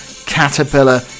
caterpillar